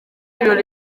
ibirori